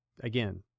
Again